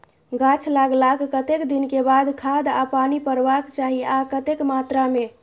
गाछ लागलाक कतेक दिन के बाद खाद आ पानी परबाक चाही आ कतेक मात्रा मे?